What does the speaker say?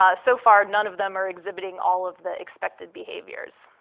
ah so far, none of them are exhibiting all of the expected behaviors.